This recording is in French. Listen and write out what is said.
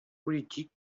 politiques